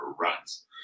runs